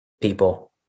people